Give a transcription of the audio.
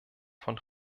von